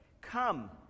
Come